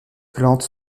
plante